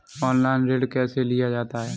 Online ऋण कैसे लिया जाता है?